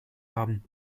haben